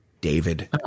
David